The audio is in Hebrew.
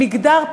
מגדר,